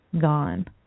gone